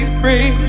free